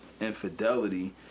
infidelity